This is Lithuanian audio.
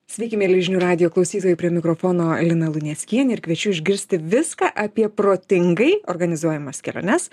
sveiki mieli žinių radijo klausytojai prie mikrofono lina luneckienė ir kviečiu išgirsti viską apie protingai organizuojamas keliones